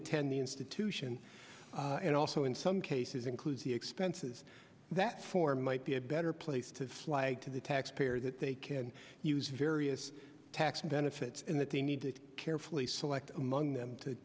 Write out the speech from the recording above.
attend the institution and also in some cases includes the expenses that form might be a better place to fly to the taxpayer that they can use various tax benefits in that they need to carefully select among them to